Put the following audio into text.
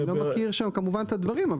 אני לא מכיר שם כמובן את הדברים.